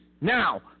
Now